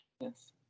Yes